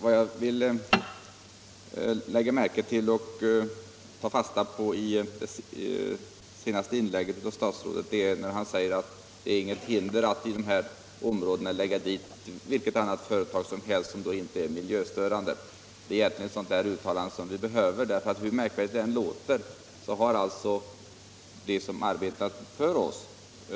Vad jag lade märke till och tog fasta på i det senaste inlägget av statsrådet var att han sade att det inte är något hinder för att till de här områdena förlägga vilket annat företag som helst, bara det inte är miljöstörande. Det är egentligen just ett sådant uttalande som vi behöver. Hur märkvärdigt det än kan låta har de som arbetar för oss och